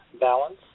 balance